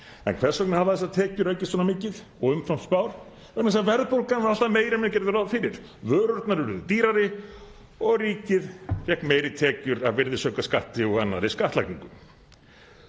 En hvers vegna hafa þessar tekjur aukist svona mikið og umfram spár? Vegna þess að verðbólgan var alltaf meiri en menn gerðu ráð fyrir. Vörurnar urðu dýrari og ríkið fékk meiri tekjur af virðisaukaskatti og annarri skattlagningu.